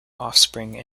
offspring